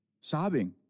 sobbing